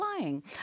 lying